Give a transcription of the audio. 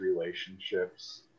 relationships